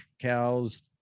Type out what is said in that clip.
cows